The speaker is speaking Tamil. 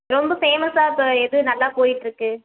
ரொம்ப ஃபேமஸாக இப்போது எது நல்லா போய்கிட்டுருக்கு